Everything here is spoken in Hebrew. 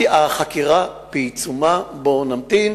החקירה בעיצומה, בואו נמתין.